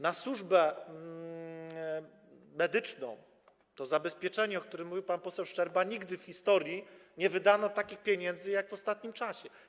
Na służbę medyczną - to zabezpieczenie, o którym mówił pan poseł Szczerba - nigdy w historii nie wydano takich pieniędzy, jak w ostatnim czasie.